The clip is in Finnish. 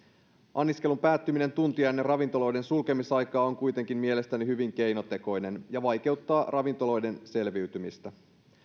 anniskelun päättyminen tuntia ennen ravintoloiden sulkemisaikaa on kuitenkin mielestäni hyvin keinotekoinen ja vaikeuttaa ravintoloiden selviytymistä